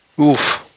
Oof